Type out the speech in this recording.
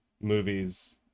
movies